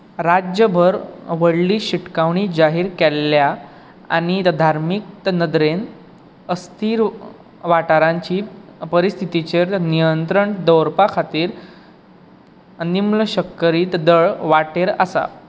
राज्यभर व्हडली शिटकावणी जाहीर केल्या आनी धार्मीक नदरेन अस्थिर वाठारांची परिस्थितीचेर नियंत्रण दवरपा खातीर निमलश्करी दळ वाटेर आसा